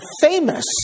famous